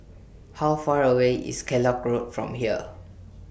How Far away IS Kellock Road from here